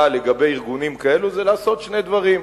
לגבי ארגונים כאלו זה לעשות שני דברים: